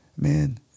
man